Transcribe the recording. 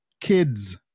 kids